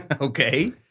Okay